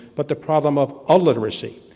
but the problem of a-literacy.